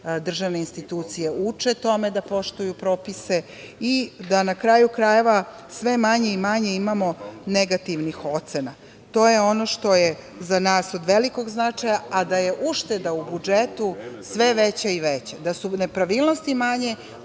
državne institucije uče tome da poštuju propise i da, na kraju krajeva, sve manje i manje imamo negativnih ocena. To je ono što je za nas od velikog značaja, a da je ušteda u budžetu sve veća i veća, da su nepravilnosti manje,